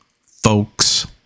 folks